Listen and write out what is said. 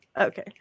Okay